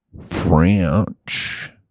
french